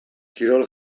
kirol